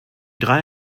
drei